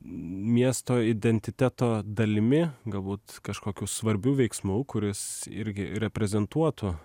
miesto identiteto dalimi galbūt kažkokiu svarbiu veiksmu kuris irgi reprezentuotų